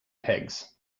pigs